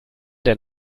der